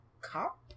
cop